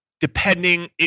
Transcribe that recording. depending